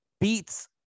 beats